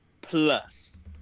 Plus